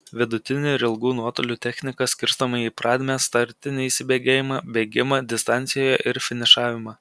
vidutinių ir ilgų nuotolių technika skirstoma į pradmę startinį įsibėgėjimą bėgimą distancijoje ir finišavimą